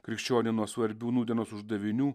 krikščionį nuo svarbių nūdienos uždavinių